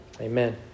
Amen